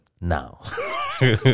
Now